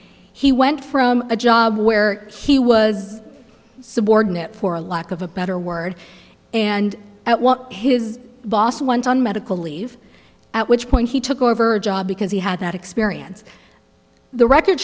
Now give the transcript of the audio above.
he went from a job where he was subordinate for lack of a better word and at what his boss went on medical leave at which point he took over a job because he had that experience the record